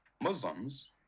Muslims